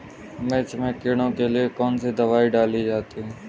मिर्च में कीड़ों के लिए कौनसी दावा डाली जाती है?